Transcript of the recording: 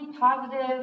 positive